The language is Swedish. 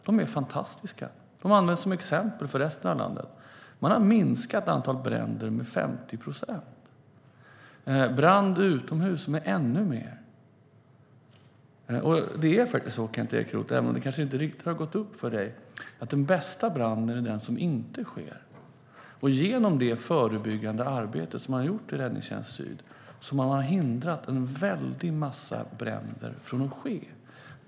De är fantastiska. De används som exempel för resten av landet. Man har minskat antalet bränder med 50 procent och brand utomhus med ännu mer. Det är faktiskt så, Kent Ekeroth, även om det kanske inte riktigt har gått upp för dig, att den bästa branden är den som inte sker. Genom det förebyggande arbetet som man har gjort i Räddningstjänsten Syd har man hindrat en väldig massa bränder från att ske.